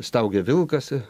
staugia vilkas